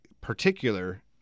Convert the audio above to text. particular